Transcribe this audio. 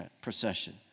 procession